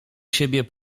siebie